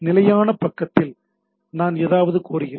நிலையான பக்கத்தில் நான் எதையாவது கோருகிறேன்